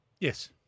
Yes